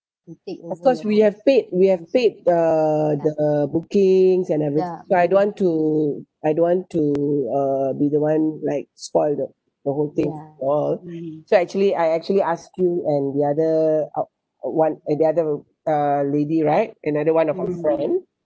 of course we have paid we have paid uh the bookings and everything but I don't want to I don't want to uh be the one like spoil the the whole thing for all so actually I actually asked you and the other [one] eh the other uh lady right another one of our friend